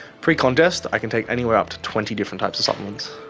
pre-contest i can take anywhere up to twenty different types of supplements.